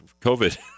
COVID